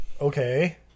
Okay